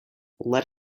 let